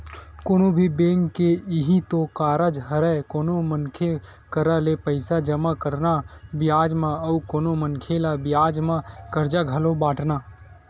कोनो भी बेंक के इहीं तो कारज हरय कोनो मनखे करा ले पइसा जमा करना बियाज म अउ कोनो मनखे ल बियाज म करजा घलो बाटना